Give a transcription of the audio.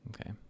Okay